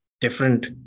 different